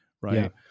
right